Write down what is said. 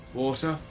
water